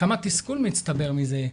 כמה תסכול מצטבר מזה?